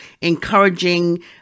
encouraging